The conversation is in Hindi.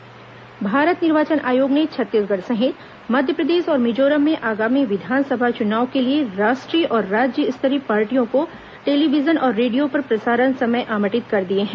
निर्वाचन आयोग समय आवंटन भारत निर्वाचन आयोग ने छत्तीसगढ़ सहित मध्यप्रदेश और मिज़ोरम में आगामी विधानसभा चुनाव के लिए राष्ट्रीय और राज्य स्तरीय पार्टियों को टेलीविजन और रेडियो पर प्रसारण समय आवंटित कर दिए हैं